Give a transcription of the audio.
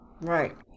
right